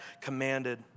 commanded